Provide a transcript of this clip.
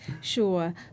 sure